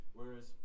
Whereas